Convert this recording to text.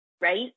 Right